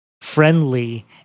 friendly